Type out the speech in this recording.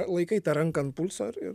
laikai tą ranką ant pulso ir ir